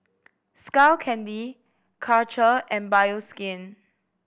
Skull Candy Karcher and Bioskin